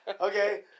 Okay